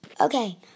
Okay